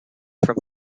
from